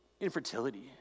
Infertility